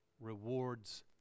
rewards